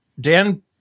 dan